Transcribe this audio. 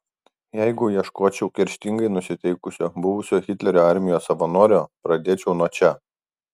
jeigu ieškočiau kerštingai nusiteikusio buvusio hitlerio armijos savanorio pradėčiau nuo čia